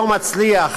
לא מצליח